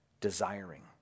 desiring